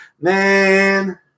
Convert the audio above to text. Man